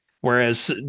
Whereas